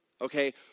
okay